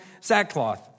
sackcloth